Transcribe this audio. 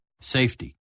Safety